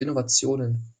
innovationen